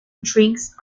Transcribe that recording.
drinks